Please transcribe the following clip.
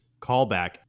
callback